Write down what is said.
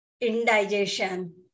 Indigestion